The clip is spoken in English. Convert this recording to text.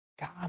God